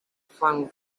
flung